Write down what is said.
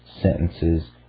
sentences